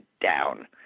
down